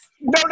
No